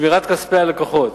שמירת כספי הלקוחות,